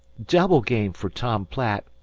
double game for tom platt.